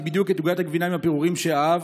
בדיוק את עוגת הגבינה עם הפירורים שאהב